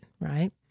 Right